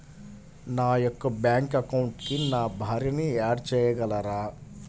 నా యొక్క బ్యాంక్ అకౌంట్కి నా భార్యని యాడ్ చేయగలరా?